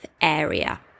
area